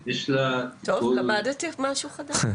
טוב, למדתי משהו חדש.